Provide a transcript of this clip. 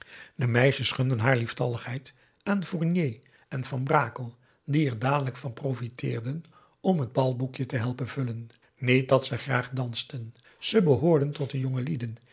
de meisjes gunden haar lieftalligheid aan fournier en van brakel die er dadelijk van profiteerden om t balboekje te helpen vullen niet dat ze graag dansten ze behoorden tot de